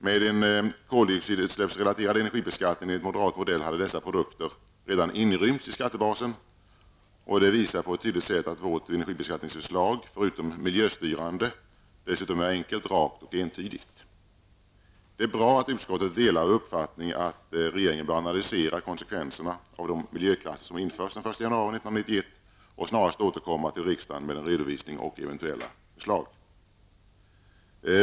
Med en koldioxidutsläppsrelaterad energibeskattning enligt moderat modell hade dessa produkter redan inrymts i skattebasen. Det visar på ett tydligt sätt att vårt energibeskattningsförslag förutom miljöstyrande dessutom är enkelt, rakt och entydigt. Det är bra att utskottet delar vår uppfattning att regeringen bör analysera konsekvenserna av de miljöklasser som införs den 1 januari 1991 och snarast återkomma till riksdagen med en redovisning och eventuella förslag.